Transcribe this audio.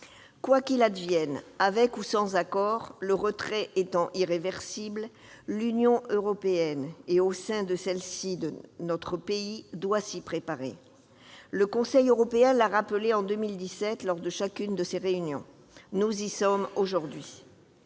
Quoi qu'il advienne, avec ou sans accord, le retrait étant irréversible, l'Union européenne, et au sein de celle-ci notre pays, doit s'y préparer. Le Conseil européen l'a rappelé depuis 2017 lors de chacune de ses réunions. Nous y sommes aujourd'hui.